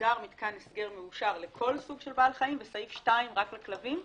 מוגדר מתקן הסגר מאושר לכל סוג של בעל חיים ובסעיף 2 רק לכלבים?